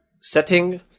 setting